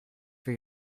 for